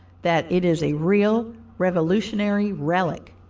that is a real revolutionary relic,